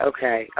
Okay